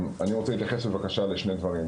אני רוצה להתייחס בבקשה לשני דברים.